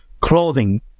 clothing